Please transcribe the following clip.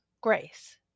grace